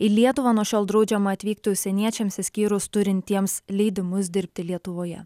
į lietuvą nuo šiol draudžiama atvykti užsieniečiams išskyrus turintiems leidimus dirbti lietuvoje